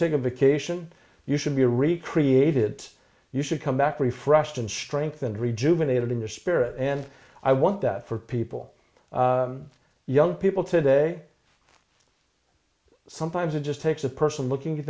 take a vacation you should be recreated you should come back refreshed and strengthened rejuvenating the spirit and i want that for people young people today sometimes it just takes a person looking at